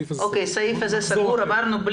לגבי הסעיף הזה, הוא סגור?